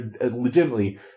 legitimately